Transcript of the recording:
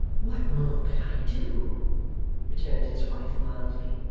what more could i do returned his wife mildly?